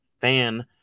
fan